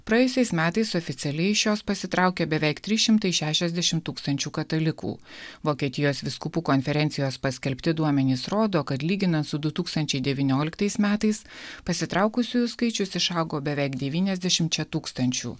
praėjusiais metais oficialiai iš jos pasitraukė beveik trys šimtai šešiasdešimt tūkstančių katalikų vokietijos vyskupų konferencijos paskelbti duomenys rodo kad lyginant su du tūkstančiai devynioliktais metais pasitraukusiųjų skaičius išaugo beveik devyniasdešimčia tūkstančių